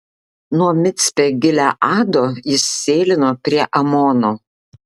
nuo micpe gileado jis sėlino prie amono